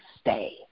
stay